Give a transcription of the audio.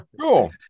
cool